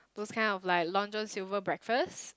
those kind of like Long-John-Silver breakfast